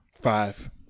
Five